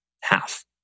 half